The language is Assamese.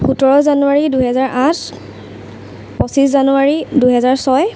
সোতৰ জানুৱাৰী দুহেজাৰ আঠ পঁচিছ জানুৱাৰী দুহেজাৰ ছয়